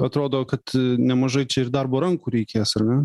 atrodo kad nemažai čia ir darbo rankų reikės ar ne